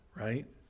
right